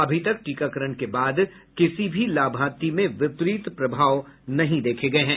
अभी तक टीकाकरण के बाद किसी भी लाभार्थी में विपरीत प्रभाव नहीं देखे गये हैं